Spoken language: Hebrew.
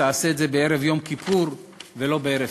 תעשה את זה בערב יום כיפור ולא בערב פסח.